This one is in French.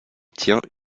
tient